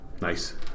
Nice